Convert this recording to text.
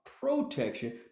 protection